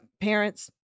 parents